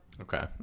Okay